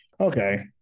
Okay